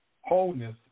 wholeness